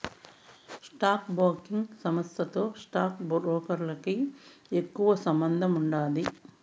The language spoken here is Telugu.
స్టాక్ బ్రోకింగ్ సంస్థతో స్టాక్ బ్రోకర్లకి ఎక్కువ సంబందముండాది